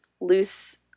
loose